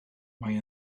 mae